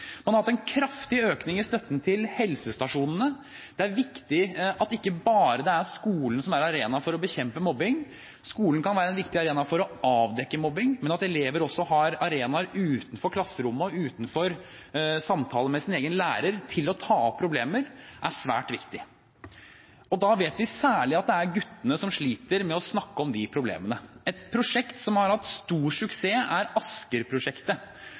Man har hatt en kraftig økning i støtten til helsestasjonene. Det er viktig at det ikke bare er skolen som er arena for å bekjempe mobbing. Skolen kan være en viktig arena for å avdekke mobbing, men at elever også har arenaer utenfor klasserommet og samtaler med egen lærer til å ta opp problemer, er svært viktig. Vi vet at det særlig er guttene som sliter med å snakke om de problemene. Et prosjekt som har hatt stor suksess, er